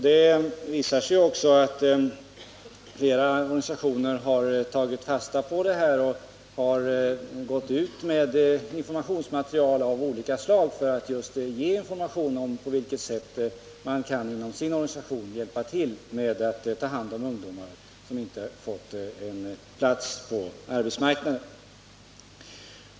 Det visar sig också att flera organisationer har tagit fasta på detta och gått ut med informationsmaterial av olika slag för att just klargöra hur man inom den egna organisationen kan hjälpa till att ta hand om ungdomar som inte har fått plats på arbetsmarknaden.